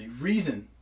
reason